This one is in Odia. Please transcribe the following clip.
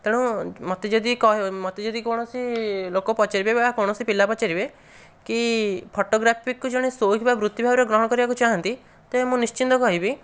ତେଣୁ ମୋତେ ଯଦି ଯଦି କୌଣସି ଲୋକ ପଚାରିବେ ବା କୌଣସି ପିଲା ପଚାରିବେ କି ଫୋଟୋଗ୍ରାଫି କୁ ଜଣେ ସୋଉକ ବ ବୃତ୍ତି ଭାବରେ ଗ୍ରହଣ କରିବାକୁ ଚାହାନ୍ତି ତେବେ ମୁଁ ନିଶ୍ଚିନ୍ତ କହିବି